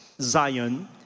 Zion